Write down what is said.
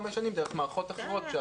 חמש שנים דרך מערכות אחרות,